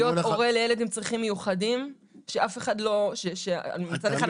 הורה לילד עם צרכים מיוחדים שאף אחד לא --- אני מכיר את זה מלפני